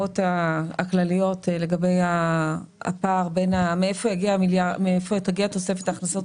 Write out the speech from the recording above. לגבי הפער בתוספת ההכנסות,